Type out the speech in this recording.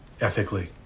ethically